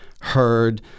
heard